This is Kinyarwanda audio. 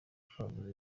twavuze